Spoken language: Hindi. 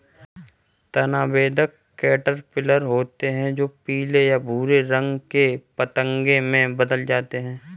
तना बेधक कैटरपिलर होते हैं जो पीले या भूरे रंग के पतंगे में बदल जाते हैं